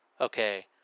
Okay